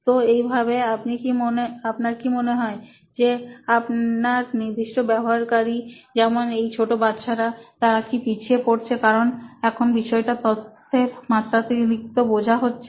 তো এইভাবে আপনার কি মনে হয় যে আপনার নির্দিষ্ট ব্যবহারকারী যেমন এই ছোট বাচ্চারা তারা কি পিছিয়ে পড়ছে কারণ এখন বিষয়টা তথ্যের মাত্রাতিরিক্ত বোঝার হচ্ছে